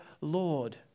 Lord